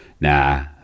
nah